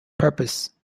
purpose